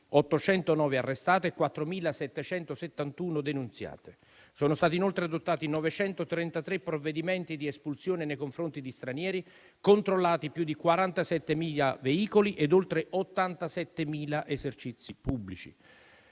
809 arrestate e 4.771 denunziate. Sono stati inoltre adottati 933 provvedimenti di espulsione nei confronti di stranieri, controllati più di 47.000 veicoli e oltre 87.000 esercizi pubblici.